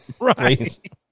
Right